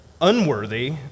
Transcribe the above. unworthy